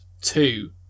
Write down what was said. two